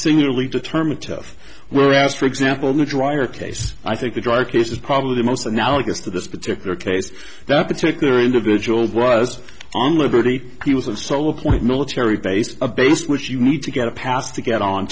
senior we determine tough were asked for example new trier case i think the dry case is probably the most analogous to this particular case that particular individual was on liberty he was of solo point military base a base which you need to get a pass to get on